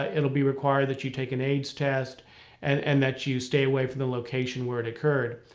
ah it'll be required that you take an aids test and that you stay away from the location where it occurred.